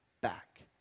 back